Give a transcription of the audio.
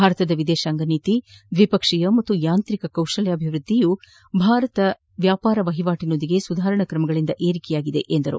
ಭಾರತದ ವಿದೇಶಾಂಗ ನೀತಿ ದ್ವಿಪಕ್ಷೀಯ ಹಾಗೂ ಯಾಂತ್ರಿಕ ಕೌಶಲ್ಯವೃದ್ದಿಯೂ ವ್ಯಾಪಾರ ವಹಿವಾಟಿನ ಜೊತೆಗೆ ಸುಧಾರಣಾ ಕ್ರಮಗಳಿಂದ ಏರಿಕೆಯಾಗಿದೆ ಎಂದರು